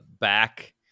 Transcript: back